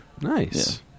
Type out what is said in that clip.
Nice